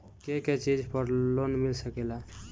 के के चीज पर लोन मिल सकेला?